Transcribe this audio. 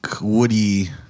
woody